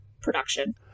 production